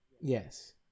Yes